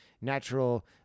natural